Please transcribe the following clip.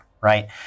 right